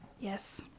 Yes